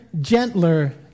gentler